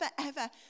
forever